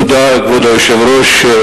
תודה, כבוד היושב-ראש.